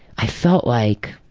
i felt like.